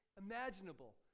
imaginable